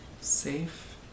Safe